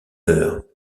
heures